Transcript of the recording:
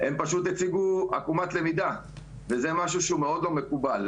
הם פשוט הציגו עקומת למידה וזה משהו שמאוד לא מקובל.